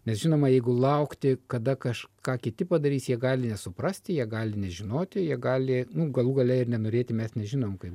nes žinoma jeigu laukti kada kažką kiti padarys jie gali suprasti jie gali nežinoti jie gali nu galų gale ir nenorėti mes nežinome kaip gali būti